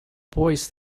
boys